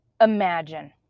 imagine